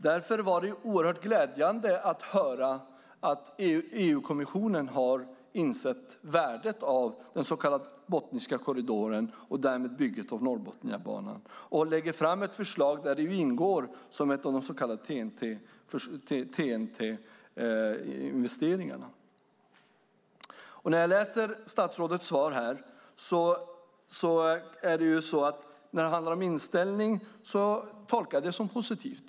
Därför var det oerhört glädjande att höra att EU-kommissionen har insett värdet av den så kallade Botniska korridoren och därmed bygget av Norrbotniabanan och lägger fram ett förslag där det ingår i de så kallade TEN-T-investeringarna. När jag läser statsrådets svar tolkar jag inställningen som positiv.